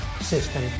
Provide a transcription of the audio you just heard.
system